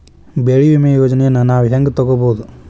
ಬೆಳಿ ವಿಮೆ ಯೋಜನೆನ ನಾವ್ ಹೆಂಗ್ ತೊಗೊಬೋದ್?